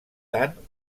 tant